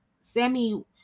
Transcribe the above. Sammy